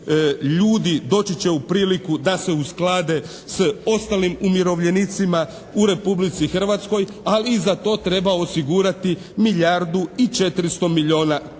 ljudi doći će u priliku da se usklade s ostalim umirovljenicima u Republici Hrvatskoj. Ali i za to treba osigurati milijardu i 400 milijuna kuna.